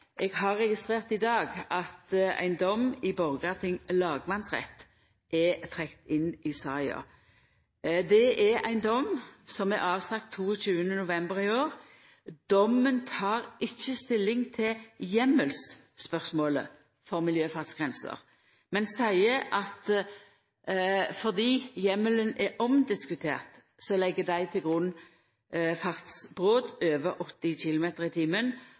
eg har registrert i dag at ein dom i Borgarting lagmannsrett er trekt inn i saka. Det er ein dom som vart avsagt nyleg. Dommen tek ikkje stilling til heimelsspørsmålet for miljøfartsgrenser, men seier at fordi heimelen er omdiskutert, legg ein til grunn fartsbrot over 80 km/t.